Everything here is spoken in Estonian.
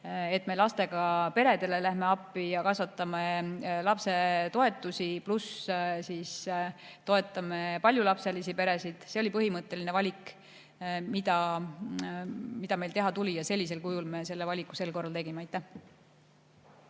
lastega peredele läheme appi ja kasvatame lapsetoetusi, pluss toetame paljulapselisi peresid. See oli põhimõtteline valik, mis meil teha tuli. Sellisel kujul me selle valiku sel korral tegime. Aitäh!